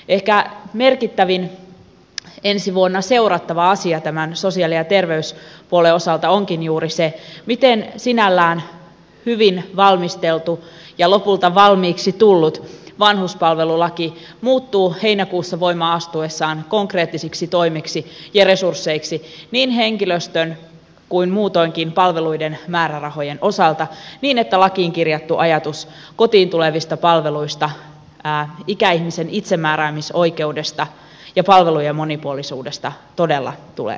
ehkä merkittävin ensi vuonna seurattava asia tämän sosiaali ja terveyspuolen osalta onkin juuri se miten sinällään hyvin valmisteltu ja lopulta valmiiksi tullut vanhuspalvelulaki muuttuu heinäkuussa voimaan astuessaan konkreettisiksi toimiksi ja resursseiksi niin henkilöstön kuin muutoinkin palveluiden määrärahojen osalta niin että lakiin kirjattu ajatus kotiin tulevista palveluista ikäihmisen itsemääräämisoikeudesta ja palvelujen monipuolisuudesta todella tulee todeksi